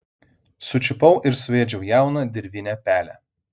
sučiupau ir suėdžiau jauną dirvinę pelę